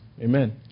Amen